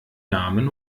namen